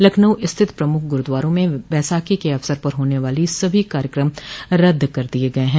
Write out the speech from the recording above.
लखनऊ स्थित प्रमुख गुरूद्वारों में बैसाखी के अवसर पर होने वाले सभो कार्यक्रम रद्द कर दिये गये हैं